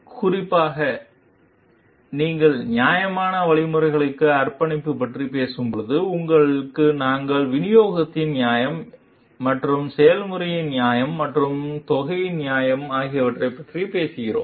குறிப்பாக நீங்கள் நியாயமான வழிமுறைகளுக்கு அர்ப்பணிப்பு பற்றி பேசும்போது இங்கே நாங்கள் விநியோகத்தின் நியாயம் மற்றும் செயல்முறையின் நியாயம் மற்றும் தொகையின் நியாயம் ஆகியவற்றைப் பற்றி பேசுகிறோம்